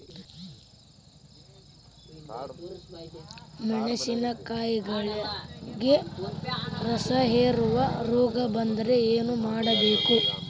ಮೆಣಸಿನಕಾಯಿಗಳಿಗೆ ರಸಹೇರುವ ರೋಗ ಬಂದರೆ ಏನು ಮಾಡಬೇಕು?